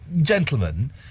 gentlemen